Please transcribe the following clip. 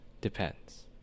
depends